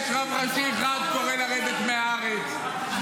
יש רב אחד שקורא לרדת מהארץ,